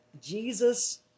Jesus